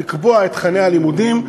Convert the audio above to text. לקבוע את תוכני הלימודים,